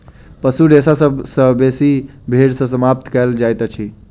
पशु रेशा सभ सॅ बेसी भेंड़ सॅ प्राप्त कयल जाइतअछि